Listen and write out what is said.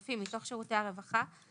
את רואה, זה לא עוזר.